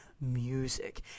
music